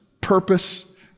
purpose